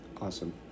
Awesome